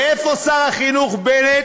ואיפה שר החינוך בנט,